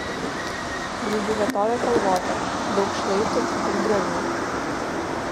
grūžių vietovė kalvota daug šlaitų ir griovių